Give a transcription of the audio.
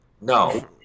No